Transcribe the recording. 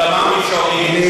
אדמה מישורית,